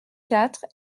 quatre